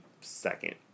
second